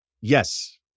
Yes